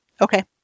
Okay